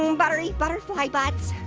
and buttery, butterfly butts.